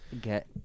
get